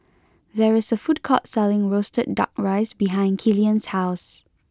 there is a food court selling Roasted Duck Rice behind Killian's house